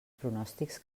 pronòstics